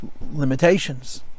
limitations